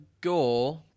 go